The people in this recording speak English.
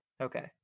Okay